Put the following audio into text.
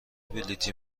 بلیطی